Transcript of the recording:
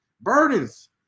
burdens